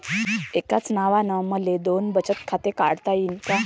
एकाच नावानं मले दोन बचत खातं काढता येईन का?